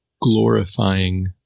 glorifying